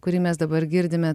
kurį mes dabar girdime